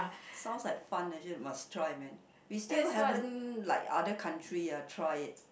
sounds like fun actually must try man we still haven't like other countriy ah try it